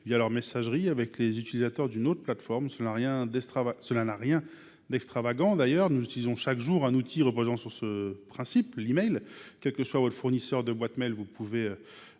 leur messagerie avec les utilisateurs d’une autre plateforme. Cela n’a rien d’extravagant, et nous utilisons d’ailleurs chaque jour un outil reposant sur ce principe : l’e mail. Quel que soit votre fournisseur de boîte mail, vous pouvez